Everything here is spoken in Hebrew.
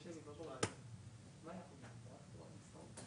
הביצוע בפועל וכן הגדלת תקציב ההרשאה להתחייב,